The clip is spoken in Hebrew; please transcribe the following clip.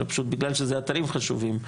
אלא פשוט בגלל שזה אתרים חשובים,